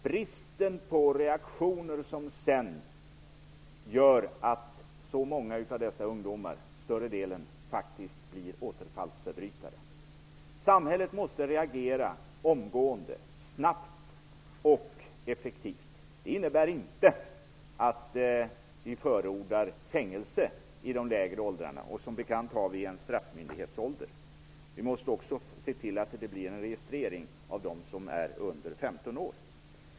Bristen på samhällets reaktion gör att så många av dessa ungdomar, större delen faktiskt, blir återfallsförbrytare. Samhället måste reagera omgående, snabbt och effektivt. Det innebär inte att vi förordar fängelse i de lägre åldrarna. Som bekant finns det en straffmyndighetsålder. Vi måste också se till att det sker en registrering av dem som är under 15 år.